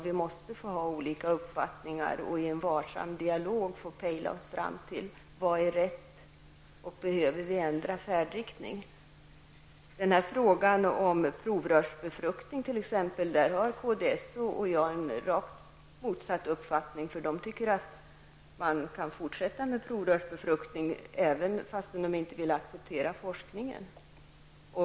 Vi måste få ha olika uppfattningar och i en varsam dialog få pejla oss fram till vad som är rätt och om vi behöver ändra färdriktning. I frågan om provrörsbefruktning har t.ex. kds och jag rakt motsatt uppfattning. Kds tycker att man kan fortsätta med provrörsbefruktning trots att de inte vill acceptera forskningen.